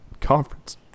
conference